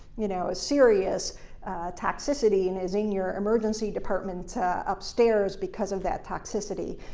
you know, a serious toxicity and is in your emergency department upstairs because of that toxicity.